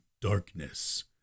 darkness